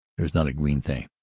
there is not a green thing.